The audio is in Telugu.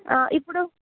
ఆ ఇప్పుడు